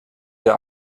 der